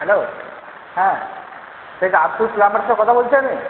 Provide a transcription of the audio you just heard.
hello হ্যাঁ এটা আব্দুল প্লাম্বারের সঙ্গে কথা বলছি আমি